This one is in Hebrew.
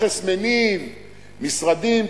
נכס מניב משרדים,